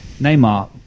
Neymar